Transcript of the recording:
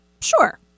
Sure